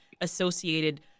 associated